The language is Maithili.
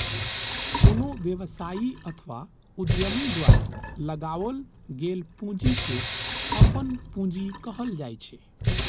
कोनो व्यवसायी अथवा उद्यमी द्वारा लगाओल गेल पूंजी कें अपन पूंजी कहल जाइ छै